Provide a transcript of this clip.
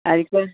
అది కాదు